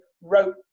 wrote